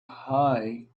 high